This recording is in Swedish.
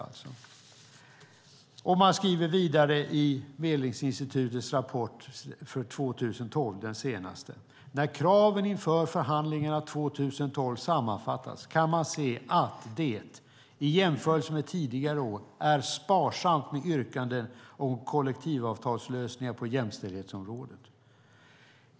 Medlingsinstitutet skriver vidare i sin senaste rapport från 2012: "När kraven inför förhandlingarna 2012 sammanfattas kan man se att det - i jämförelse med tidigare år - är sparsamt med yrkanden om kollektivavtalslösningar på jämställdhetsområdet."